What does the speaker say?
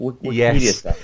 yes